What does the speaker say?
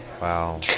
Wow